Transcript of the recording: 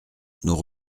nous